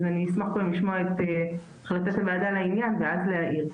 אז אני אשמח קודם לשמוע את החלטת הוועדה לעניין ואז להעיר.